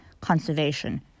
conservation